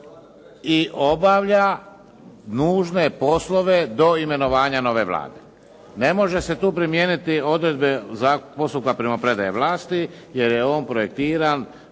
i obavlja nužne poslove do imenovanja nove Vlade. Ne mogu se tu primijeniti odredbe postupka primopredaje vlasti jer je on projektiran